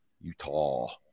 Utah